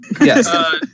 Yes